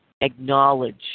Acknowledge